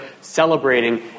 celebrating